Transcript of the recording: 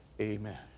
amen